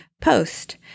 post